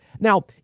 Now